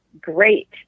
great